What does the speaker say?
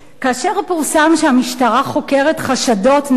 "כאשר פורסם שהמשטרה חוקרת חשדות נגד